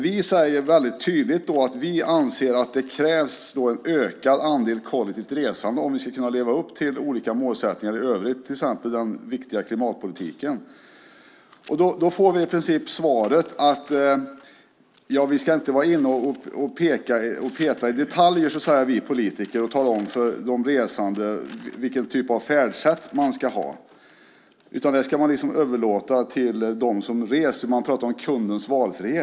Vi säger väldigt tydligt att vi anser att det krävs en ökad andel kollektivt resande om vi ska kunna leva upp till olika målsättningar i övrigt, till exempel den viktiga klimatpolitiken. Då får vi i princip svaret att vi politiker inte ska peta i detaljer och tala om för de resande vilken typ av färdsätt de ska välja. Det ska man liksom överlåta till dem som reser. Man pratar om kundens valfrihet.